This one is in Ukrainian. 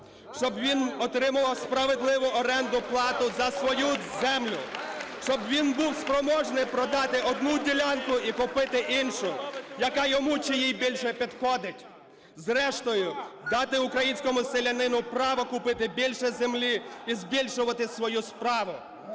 щоб він отримував справедливу орендну плату за свою землю, щоб він був спроможний продати одну ділянку і купити іншу, яка йому чи їй більше підходить, зрештою дати українському селянину право купити більше землі і збільшувати свою справу.